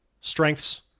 Strengths